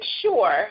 sure